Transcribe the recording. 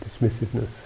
dismissiveness